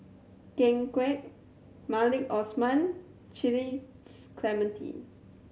Ken Kwek Maliki Osman Clementi